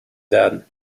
werden